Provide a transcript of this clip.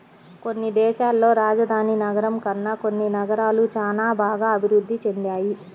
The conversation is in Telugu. కొన్ని దేశాల్లో రాజధాని నగరం కన్నా కొన్ని నగరాలు చానా బాగా అభిరుద్ధి చెందాయి